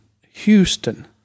Houston